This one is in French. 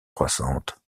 croissante